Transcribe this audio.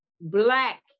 black